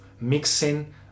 mixing